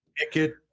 naked